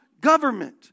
government